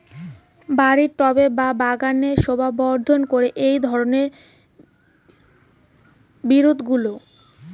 বাড়ির টবে বা বাগানের শোভাবর্ধন করে এই ধরণের বিরুৎগুলো